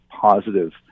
positive